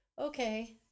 Okay